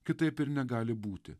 kitaip ir negali būti